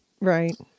right